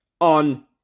on